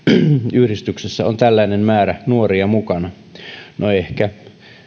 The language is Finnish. yhdistyksessä on tällainen määrä nuoria mukana no ehkä